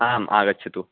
आम् आगच्छतु